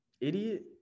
idiot